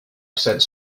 cents